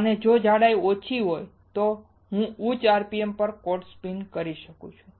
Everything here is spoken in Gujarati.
અને જો જાડાઈ ઓછી હોય તો હું ઉચ્ચ rpm પર કોટ સ્પિન કરી શકું છું